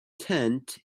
tent